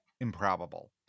improbable